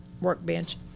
workbench